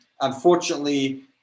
unfortunately